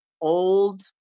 old